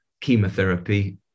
chemotherapy